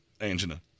angina